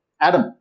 Adam